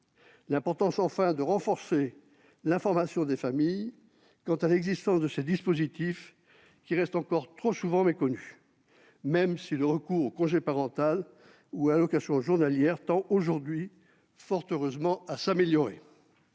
l'importance de renforcer l'information des familles quant à l'existence de ces dispositifs qui restent encore trop souvent méconnus, même si le recours au congé de présence parentale et à l'AJPP tend aujourd'hui, fort heureusement, à s'améliorer.